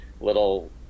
little